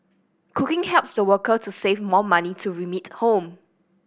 cooking helps the worker to save more money to remit home